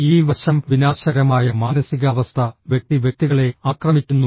ഈ വശംഃ വിനാശകരമായ മാനസികാവസ്ഥ വ്യക്തി വ്യക്തികളെ ആക്രമിക്കുന്നു